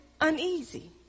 uneasy